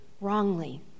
wrongly